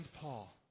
Paul